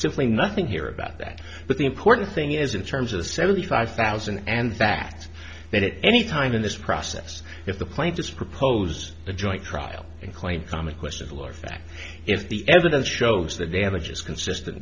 simply nothing here about that but the important thing is in terms of the seventy five thousand and the fact that it any time in this process if the plaintiffs propose a joint trial and claim comic questionable or fact if the evidence shows the damage is consistent